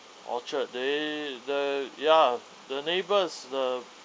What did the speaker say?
orchard they the ya the neighbours the